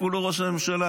הוא לא ראש הממשלה,